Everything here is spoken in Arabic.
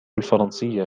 الفرنسية